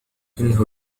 إنه